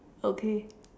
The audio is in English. okay